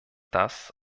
das